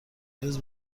روز